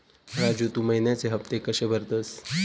राजू, तू महिन्याचे हफ्ते कशे भरतंस?